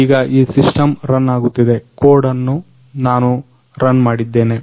ಈಗ ಈ system run ಆಗುತ್ತಿದೆ ಕೋಡ್ ಅನ್ನು ನಾನು ರನ್ ಮಾಡಿದ್ದೇನೆ